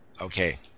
Okay